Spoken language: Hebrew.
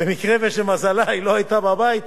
במקרה ולמזלה היא לא היתה בבית,